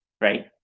right